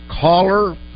caller